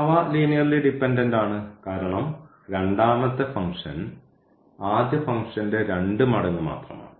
അവ linearly dependent ആണ് കാരണം രണ്ടാമത്തെ ഫംഗ്ഷൻ ആദ്യ ഫംഗ്ഷന്റെ 2 മടങ്ങ് മാത്രമാണ്